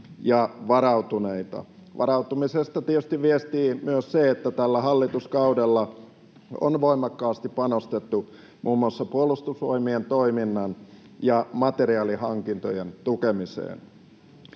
Varautumisesta tietysti viestii myös se, että tällä hallituskaudella on voimakkaasti panostettu muun muassa Puolustusvoimien toiminnan ja materiaalihankintojen tukemiseen.